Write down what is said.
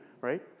right